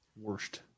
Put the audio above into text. Worst